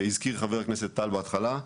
הזכיר חה"כ טל בהתחלה,